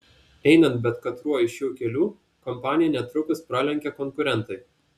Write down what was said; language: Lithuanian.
einant bet katruo iš šių kelių kompaniją netrukus pralenkia konkurentai